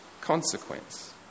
consequence